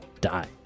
died